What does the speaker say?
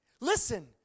Listen